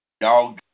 y'all